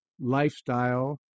lifestyle